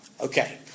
okay